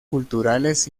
culturales